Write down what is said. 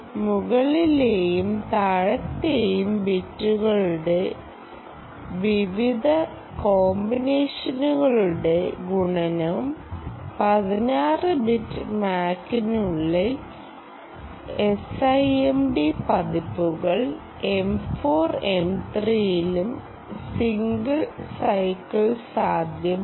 മുകളിലെയും താഴത്തെയും ബിറ്റുകളുടെ വിവിധ കോമ്പിനേഷനുകളുടെ ഗുണനം 16 ബിറ്റ് MACനുള്ള SIMD പതിപ്പുകൾ M 4 M 3 ലും സിംഗിൾ സൈക്കിൾ സാധ്യമാണ്